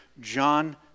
John